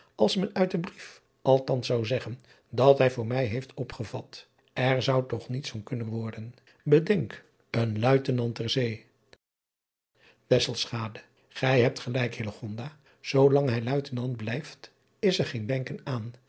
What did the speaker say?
als men uit den brief althans zou zeggen dat hij voor mij heeft opgevat er zou toch niets van kunnen worden edenk een uitenant ter zee ij hebt gelijk zoolang hij uitenant blijft is er geen denken aan